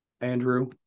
Andrew